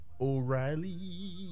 O'Reilly